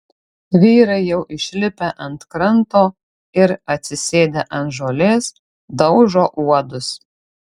vyrai jau išlipę ant kranto ir atsisėdę ant žolės daužo uodus